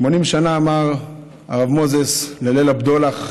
80 שנה לליל הבדולח,